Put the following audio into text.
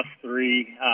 three